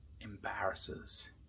embarrasses